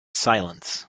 silence